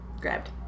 Grabbed